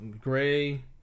gray